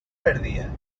perdia